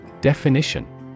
Definition